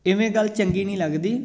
ਇਵੇਂ ਗੱਲ ਚੰਗੀ ਨਹੀਂ ਲੱਗਦੀ